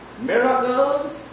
Miracles